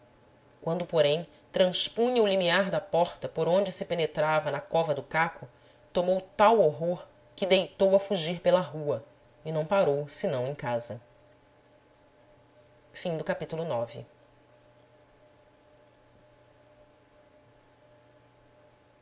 quando porém transpunha o limiar da porta por onde se penetrava na cova do caco tomou tal horror que deitou a fugir pela rua e não parou senão em casa no